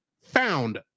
found